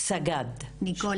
סג"ד ניקול